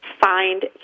Find